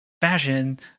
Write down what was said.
fashion